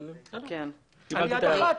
אבל קיבלתי את ההערה.